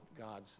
God's